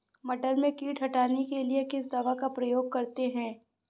मटर में कीट हटाने के लिए किस दवा का प्रयोग करते हैं?